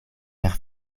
per